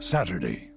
Saturday